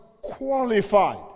qualified